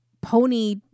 Pony